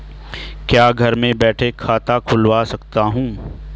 क्या मैं घर बैठे खाता खुलवा सकता हूँ?